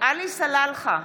עלי סלאלחה,